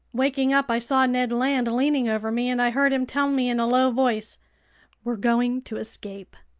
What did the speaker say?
waking up, i saw ned land leaning over me, and i heard him tell me in a low voice we're going to escape!